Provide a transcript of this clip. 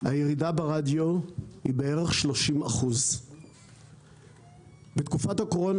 הירידה ברדיו היא בערך 30%. בתקופת הקורונה